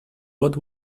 what